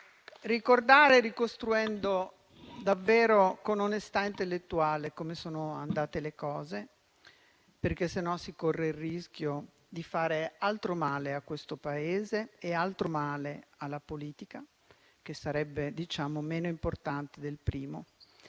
Ricordare, ricostruendo davvero con onestà intellettuale come sono andate le cose, altrimenti si corre il rischio di fare altro male a questo Paese e altro male alla politica, che sarebbe meno importante del primo.